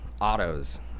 autos